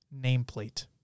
nameplate